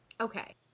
Okay